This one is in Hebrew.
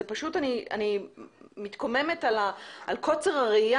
אני מתקוממת על קוצר הראיה